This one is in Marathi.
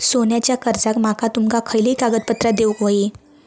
सोन्याच्या कर्जाक माका तुमका खयली कागदपत्रा देऊक व्हयी?